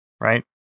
right